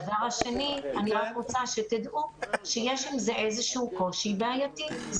אני רק רוצה שתדעו שיש עם זה איזשהו קושי בעייתי.